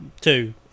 Two